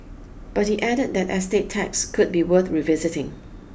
but he added that estate tax could be worth revisiting